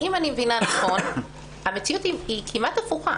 אם אני מבינה נכון המציאות היא כמעט הפוכה.